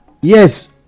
yes